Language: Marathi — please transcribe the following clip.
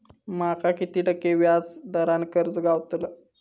माका किती टक्के व्याज दरान कर्ज गावतला?